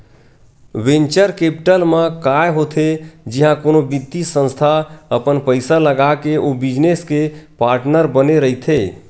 venture capital म काय होथे जिहाँ कोनो बित्तीय संस्था अपन पइसा लगाके ओ बिजनेस के पार्टनर बने रहिथे